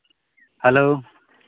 hello